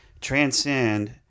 transcend